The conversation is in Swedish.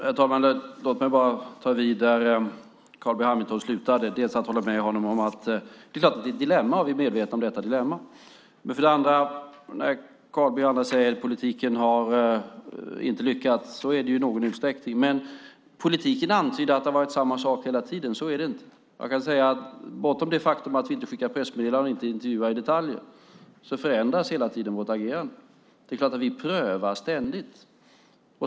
Herr talman! Låt mig ta vid där Carl B Hamilton slutade. Jag håller med om att det är ett dilemma, och vi är medvetna om detta. Carl B Hamilton och andra säger att politiken inte har lyckats, och så är det i någon utsträckning. Kritiken antyder dock att det har varit likadant hela tiden, och så är det inte. Bortom det faktum att vi inte skickar pressmeddelanden och ger intervjuer i detalj förändras vårt agerande hela tiden. Vi prövar ständigt.